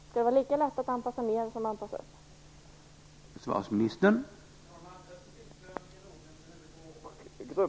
Skall det vara lika lätt att anpassa försvaret nedåt som att anpassa det uppåt?